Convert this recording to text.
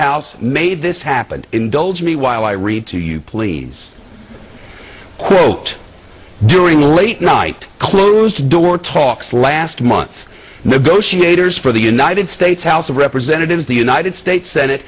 house made this happen indulge me while i read to you please quote during late night closed door talks last month negotiators for the united states house of representatives the united states senate